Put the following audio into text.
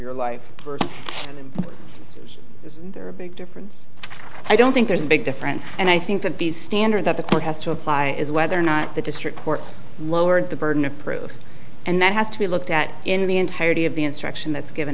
your life is there a big difference i don't think there's a big difference and i think that these standard that the court has to apply is whether or not the district court lowered the burden of proof and that has to be looked at in the entirety of the instruction that's given